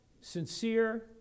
sincere